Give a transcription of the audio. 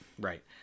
right